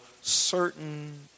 certain